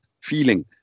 feeling